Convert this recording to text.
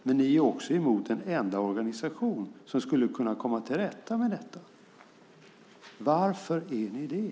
Men ni är också emot den enda organisation som skulle kunna komma till rätta med detta. Varför är ni det?